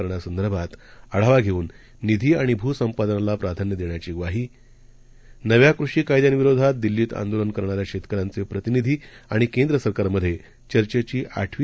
करण्यासंदर्भात आढावा घेऊन निधी आणि भूसंपादनाला प्राधान्य देण्याची ग्वाही नव्या कृषी कायद्यां विरोधात दिल्लीत आंदोलन करणाऱ्या शेतकऱ्यांचे प्रतिनिधी आणि केंद्र सरकारमधे चर्चेची आठवी